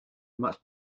much